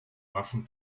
waffen